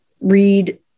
read